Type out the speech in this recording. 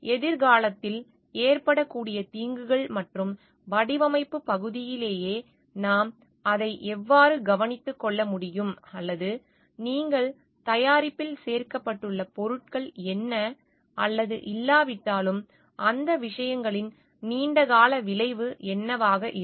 எதிர்காலத்தில் ஏற்படக்கூடிய தீங்குகள் மற்றும் வடிவமைப்புப் பகுதியிலேயே நாம் அதை எவ்வாறு கவனித்துக் கொள்ள முடியும் அல்லது நீங்கள் தயாரிப்பில் சேர்க்கப்பட்டுள்ள பொருட்கள் என்ன அல்லது இல்லாவிட்டாலும் அந்த விஷயங்களின் நீண்டகால விளைவு என்னவாக இருக்கும்